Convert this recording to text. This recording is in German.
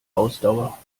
ausdauer